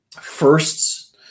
firsts